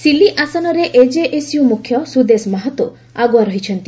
ସିଲି ଆସନରେ ଏଜେଏସ୍ୟୁ ମୁଖ୍ୟ ସୁଦେଶ ମାହାତୋ ଆଗୁଆ ରହିଛନ୍ତି